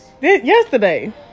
Yesterday